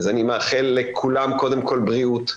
אז אני מאחל לכולם קודם כל בריאות.